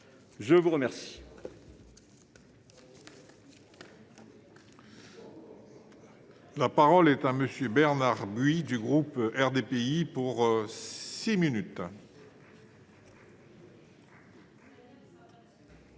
je vous remercie